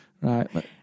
Right